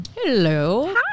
Hello